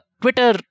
Twitter